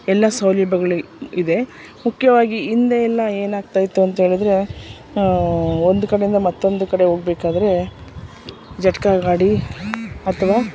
ಎಲ್ಲ ಸೌಲಭ್ಯಗಳು ಇದೆ ಮುಖ್ಯವಾಗಿ ಹಿಂದೆ ಎಲ್ಲ ಏನಾಗ್ತಾಯಿತ್ತು ಅಂಥೇಳಿದ್ರೆ ಒಂದು ಕಡೆಯಿಂದ ಮತ್ತೊಂದು ಕಡೆ ಹೋಗ್ಬೇಕಾದ್ರೆ ಜಟಕಾ ಗಾಡಿ ಅಥವಾ